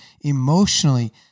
emotionally